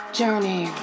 journey